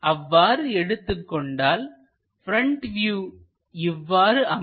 அவ்வாறு எடுத்துக் கொண்டால் ப்ரெண்ட் வியூ இவ்வாறு அமையும்